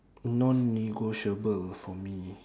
non negotiable for me